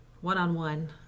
one-on-one